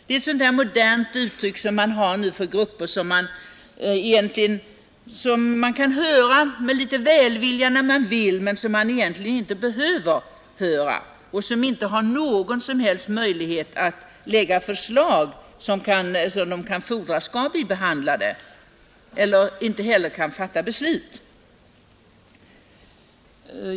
Det är ett modernt uttryck för grupper som man kan höra på med litet välvilja, när man vill, men som man egentligen inte behöver höra och som inte har någon som helst möjlighet att framlägga förslag, med krav på att få dem behandlade, och inte heller kan fatta beslut.